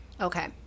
Okay